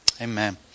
Amen